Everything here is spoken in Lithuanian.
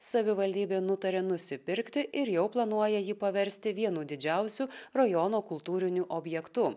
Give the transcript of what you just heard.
savivaldybė nutarė nusipirkti ir jau planuoja jį paversti vienu didžiausių rajono kultūriniu objektu